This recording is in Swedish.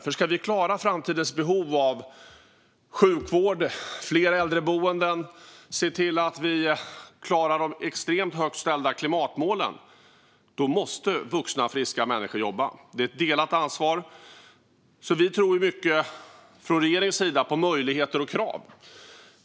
Om vi ska klara framtidens behov av sjukvård och fler äldreboenden och om vi ska klara de extremt högt ställda klimatmålen måste vuxna, friska människor jobba. Det är ett delat ansvar. Från regeringens sida tror vi mycket på möjligheter och krav.